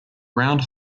round